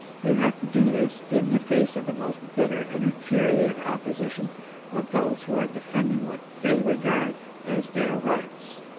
you have to do this in the face of the most bitter and infuriated opposition of those who are defending what they regard as their rights.